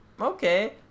okay